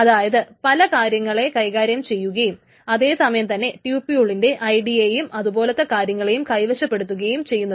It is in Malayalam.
അതായത് പല കാര്യങ്ങളെ കൈകാര്യം ചെയ്യുകയും അതേ സമയം തന്നെ ട്യൂപൂൾളിന്റെ ഐഡി യെയും അതുപോലത്തെ കാര്യങ്ങളെയും കൈവശപ്പെടുത്തുകയും ചെയ്യുന്നത്